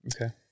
Okay